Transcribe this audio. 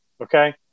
Okay